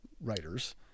writers